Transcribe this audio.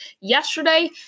yesterday